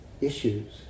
issues